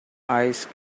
ice